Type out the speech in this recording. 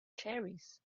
cherries